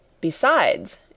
Besides